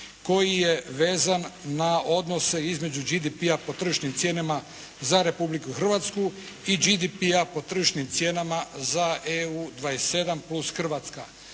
koji je vezan na odnose između GDP-a po tržišnim cijenama za Republiku Hrvatsku i GDP-a po tržišnim cijenama za EU 27 plus Hrvatska.